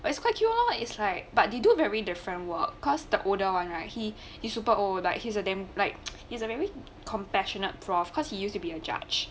but its quite true lor is like but you do have read the framework caused the older one right he hes super old like hes a damn like hes a very compassionate prof because he used to be a judge